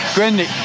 Grindy